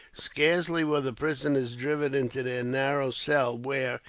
scarcely were the prisoners driven into their narrow cell where,